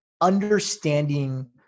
understanding